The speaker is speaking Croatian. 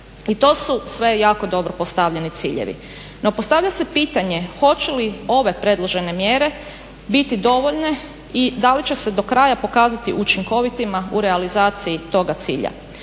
I to su sve jako dobro postavljeni ciljevi. No, postavlja se pitanje hoće li ove predložene mjere biti dovoljne i da li će se do kraja pokazati učinkovitima u realizaciji toga cilja.